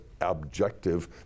objective